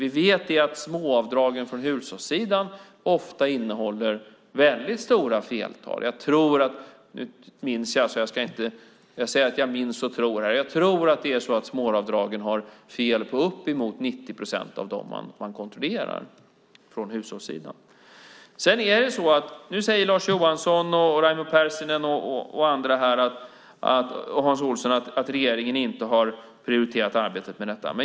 Vi vet att småavdragen från hushållssidan ofta innehåller väldigt stora feltal. Såvitt jag minns är det fel på uppemot 90 procent av de småavdrag från hushållssidan som man kontrollerar. Nu säger Lars Johansson, Raimo Pärssinen och Hans Olsson att regeringen inte har prioriterat arbetet med detta.